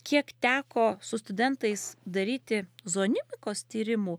kiek teko su studentais daryti zoonimikos tyrimų